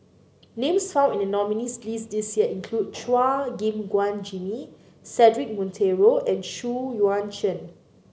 names found in the nominees' list this year include Chua Gim Guan Jimmy Cedric Monteiro and Xu Yuan Zhen